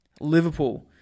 Liverpool